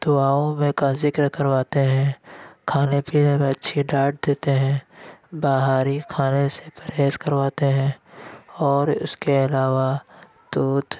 دعاؤں میں کا ذکر کرواتے ہیں کھانے پینے میں اچھی ڈائٹ دیتے ہیں باہری کھانے سے پرہیز کرواتے ہیں اور اس کے علاوہ دودھ